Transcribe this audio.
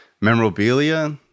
memorabilia